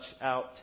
out